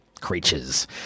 creatures